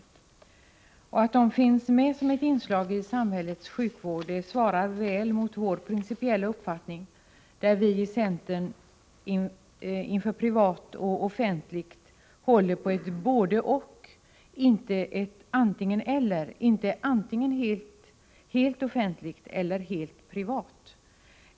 Att de privatpraktiserande läkarna finns med som ett inslag i samhällets sjukvård svarar väl mot den principiella uppfattning som vi i centerpartiet har, att man i frågan om privat eller offentligt håller på ett både-och — inte ett antingen-eller. Det skall varken vara helt offentligt eller helt privat.